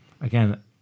again